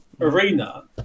arena